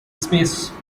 space